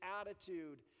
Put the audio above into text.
attitude